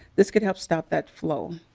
this can help stop that flow.